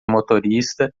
motorista